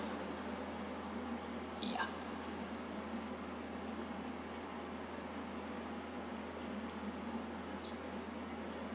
yeah